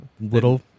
little